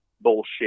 bullshit